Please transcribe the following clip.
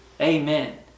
amen